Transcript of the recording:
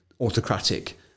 autocratic